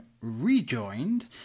rejoined